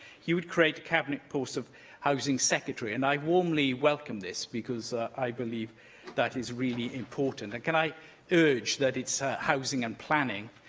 he would create a cabinet post of housing secretary. and i warmly welcome this, because i believe that is really important. and can i urge that it's housing and planning,